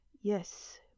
yes